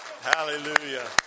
Hallelujah